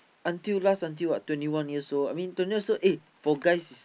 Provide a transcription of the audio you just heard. until last until what twenty one years old I mean twenty one years old eh for guys is